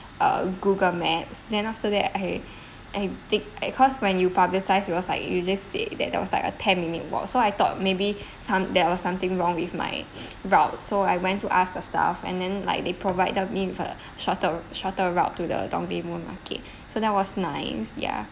uh google maps then after that I I dig~ cause when you publicise it was like you just say that there was like a ten minute walk so I thought maybe some there was something wrong with my route so I went to ask the staff and then like they provide the me for shorter shorter route to the dongdaemun market so that was nice ya